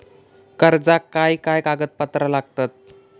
कर्जाक काय काय कागदपत्रा लागतत?